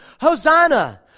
Hosanna